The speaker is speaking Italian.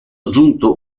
aggiunto